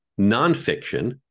nonfiction